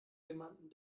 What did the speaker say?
jemanden